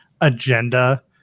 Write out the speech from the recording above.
agenda